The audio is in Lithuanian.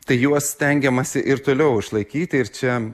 tai juos stengiamasi ir toliau išlaikyti ir čia